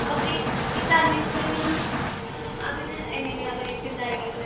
okay ഈ തണ്ണിമത്തങ്ങ അതിന് എങ്ങനെയാ റേറ്റും കാര്യങ്ങളൊക്കെ വരുന്നത്